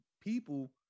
people